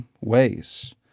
ways